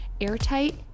airtight